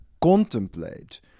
contemplate